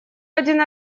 один